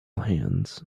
hands